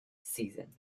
season